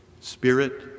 Spirit